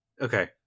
Okay